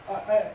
I I